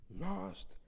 lost